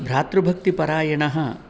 भ्रातृभक्तिपरायणः